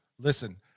Listen